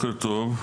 בוקר טוב,